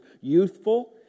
youthful